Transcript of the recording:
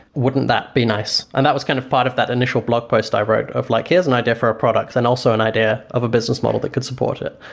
wouldn't that be nice? and that was kind of part of that initial blog post i wrote of like here's an idea for our products and also an idea of a business model that could support it.